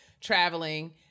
traveling